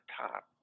top